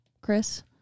Chris